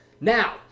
Now